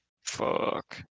Fuck